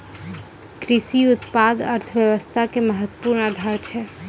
कृषि उत्पाद अर्थव्यवस्था के महत्वपूर्ण आधार छै